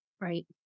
Right